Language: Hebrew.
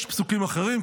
יש פסוקים אחרים,